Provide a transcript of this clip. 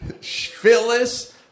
...Phyllis